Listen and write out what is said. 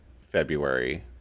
February